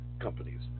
Companies